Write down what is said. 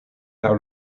laŭ